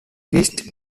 wish